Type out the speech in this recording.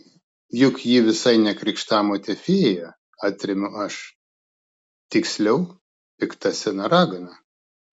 juk ji visai ne krikštamotė fėja atremiu aš tiksliau pikta sena ragana